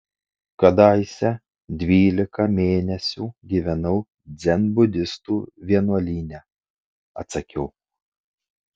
kadaise dvylika mėnesių gyvenau dzenbudistų vienuolyne atsakiau